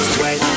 Sweat